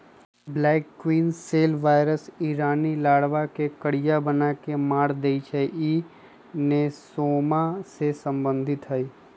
black queen cell virus इ रानी larva के करिया बना के मार देइ छइ इ नेसोमा से सम्बन्धित हइ